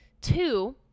Two